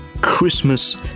Christmas